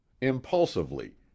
Impulsively